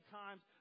times